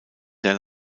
sehr